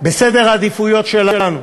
בסדר העדיפויות שלנו,